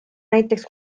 näiteks